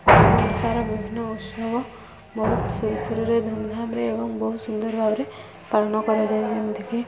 ଓଡ଼ିଶା ବିଭିନ୍ନ ଉତ୍ସବ ବହୁତ ସୁରୁଖୁରୁରେ ଧୁମଧାମରେ ଏବଂ ବହୁତ ସୁନ୍ଦର ଭାବରେ ପାଳନ କରାଯାଏ ଯେମିତିକି